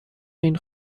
این